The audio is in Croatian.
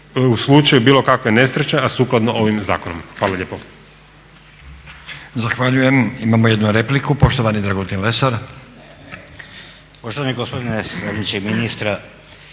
u slučaju bilo kakve nesreće, a sukladno ovim zakonom. Hvala lijepo.